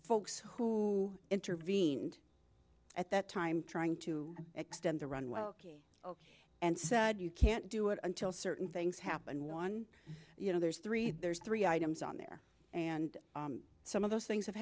folks who intervened at that time trying to extend the run well again ok and said you can't do it until certain things happen one you know there's three there's three items on there and some of those things have